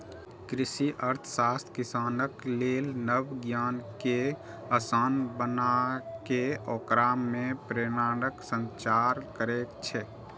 कृषि अर्थशास्त्र किसानक लेल नव ज्ञान कें आसान बनाके ओकरा मे प्रेरणाक संचार करै छै